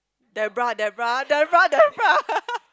Debra Debra Debra Debra